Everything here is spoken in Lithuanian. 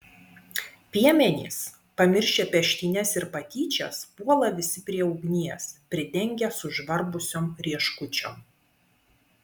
piemenys pamiršę peštynes ir patyčias puola visi prie ugnies pridengia sužvarbusiom rieškučiom